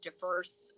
diverse